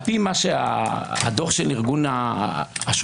על פי הדוח של ארגון השומר,